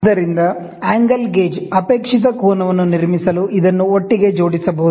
ಆದ್ದರಿಂದ angle gauge ಅಪೇಕ್ಷಿತ ಕೋನವನ್ನು ನಿರ್ಮಿಸಲು ಇದನ್ನು ಒಟ್ಟಿಗೆ ಜೋಡಿಸಬಹುದು